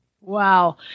Wow